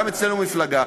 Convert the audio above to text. גם אצלנו במפלגה,